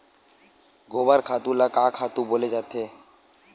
गोबर खातु ल का खातु बोले जाथे?